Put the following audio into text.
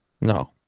no